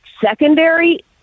secondary